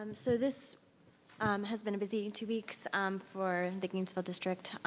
um so this has been a busy two weeks um for the gainesville district.